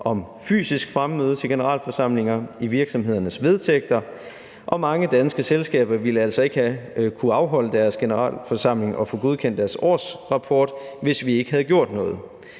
om fysisk fremmøde til generalforsamlinger, og mange danske selskaber ville altså ikke have kunnet afholde deres generalforsamlinger og få godkendt deres årsrapporter, hvis vi ikke havde gjort noget.